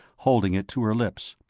holding it to her lips.